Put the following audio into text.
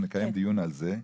שאנחנו נקיים דיון על זה,